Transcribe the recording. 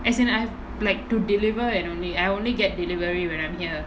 as in I have like to deliver and only I only get delivery when I'm here